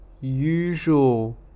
usual